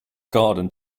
garden